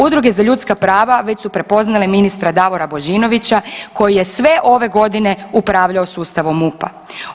Udruge za ljudska prava već su prepoznale ministra Davora Božinovića koji je sve ove godine upravljao sustavom MUP-a.